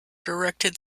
directed